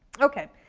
okay,